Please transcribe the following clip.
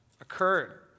occurred